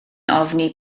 ofni